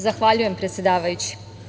Zahvaljujem, predsedavajući.